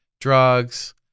drugs